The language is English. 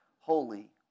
holy